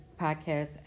podcast